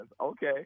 Okay